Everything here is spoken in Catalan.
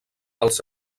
els